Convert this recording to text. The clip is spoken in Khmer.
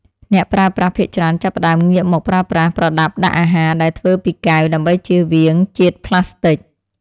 អ្នកប្រើប្រាស់ភាគច្រើនចាប់ផ្តើមងាកមកប្រើប្រាស់ប្រដាប់ដាក់អាហារដែលធ្វើពីកែវដើម្បីចៀសវាងជាតិប្លាស្ទិក។